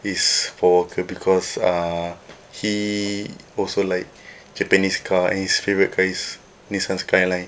is paul walker because uh he also like japanese car and his favourite car is nissan skyline